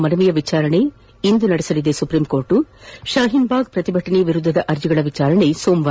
ಮನವಿಯ ವಿಚಾರಣೆಯನ್ನು ಇಂದು ನಡೆಸಲಿರುವ ಸುಪ್ರೀಂಕೋರ್ಟ್ ಶಹೀನ್ ಭಾಗ್ ಪ್ರತಿಭಟನೆ ವಿರುದ್ದದ ಅರ್ಜಿಗಳ ವಿಚಾರಣೆ ಸೋಮವಾರ